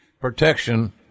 protection